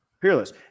Peerless